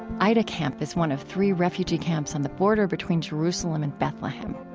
aida camp is one of three refugee camps on the border between jerusalem and bethlehem.